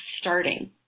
starting